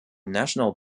national